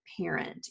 parent